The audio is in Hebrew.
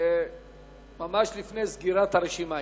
ממש לפני סגירת הרשימה.